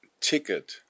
ticket